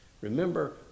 Remember